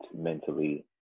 mentally